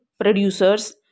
producers